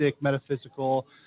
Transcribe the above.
metaphysical –